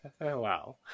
wow